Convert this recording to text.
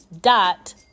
dot